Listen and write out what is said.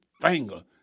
finger